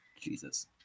Jesus